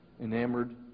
enamored